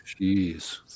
Jeez